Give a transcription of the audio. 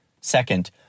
Second